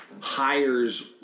hires